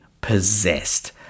possessed